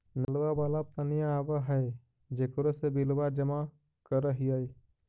नलवा वाला पनिया आव है जेकरो मे बिलवा जमा करहिऐ?